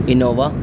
Innova